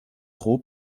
pro